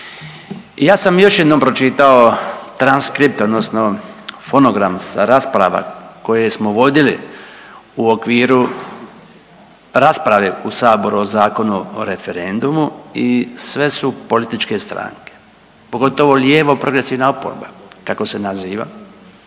ja sam još jednom pročitao transkript odnosno fonogram sa rasprava koje smo vodili u okviru rasprave u saboru o Zakonu o referendumu i sve su političke stranke, pogotovo lijevo progresivna oporba kako se naziva.